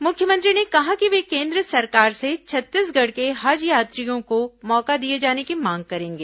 मुख्यमंत्री ने कहा कि वे केन्द्र सरकार से छत्तीसगढ़ के हज यात्रियों को मौका दिए जाने की मांग करेंगे